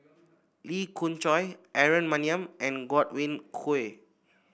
Lee Khoon Choy Aaron Maniam and Godwin Koay